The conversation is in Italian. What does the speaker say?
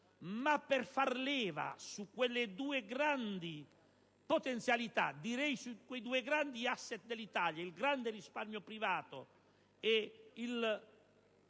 ma per far leva su quelle due grandi potenzialità, direi su quei due grandi *asset* dell'Italia, il grande risparmio privato e il